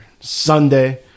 sunday